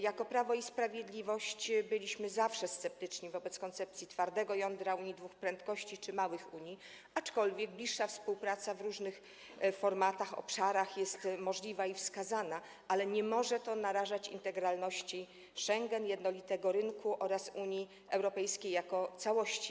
Jako Prawo i Sprawiedliwość zawsze byliśmy sceptyczni wobec koncepcji twardego jądra Unii dwóch prędkości czy małych unii, aczkolwiek bliższa współpraca w różnych formatach i obszarach jest możliwa i wskazana, ale nie może to narażać integralności Schengen, jednolitego rynku oraz Unii Europejskiej jako całości.